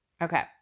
Okay